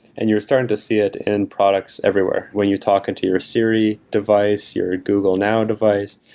and you're starting to see it in products everywhere when you talk into your siri device, your google now device,